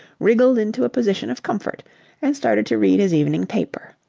wriggled into a position of comfort and started to read his evening paper.